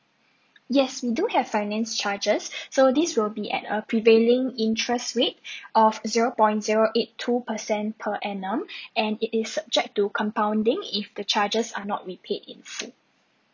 yes we do have finance charges so this will be at a prevailing interest rate of zero point zero eight two percent per annum and it is subject to compounding if the charges are not repaid in full